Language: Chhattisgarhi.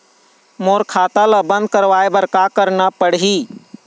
मोर खाता ला बंद करवाए बर का करना पड़ही?